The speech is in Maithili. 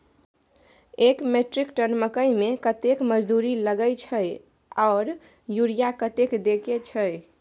एक मेट्रिक टन मकई में कतेक मजदूरी लगे छै आर यूरिया कतेक देके छै?